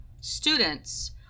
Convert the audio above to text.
students